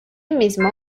mismo